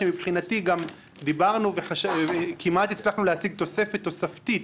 שמבחינתי דיברנו וכמעט הצלחנו להשיג תקציב תוספתית